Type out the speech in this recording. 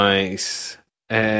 Nice